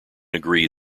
agree